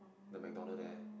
the McDonalds there